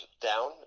down